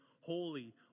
holy